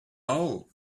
all